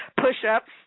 push-ups